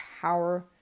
power